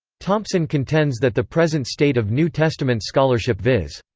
thompson contends that the present state of new testament scholarship viz.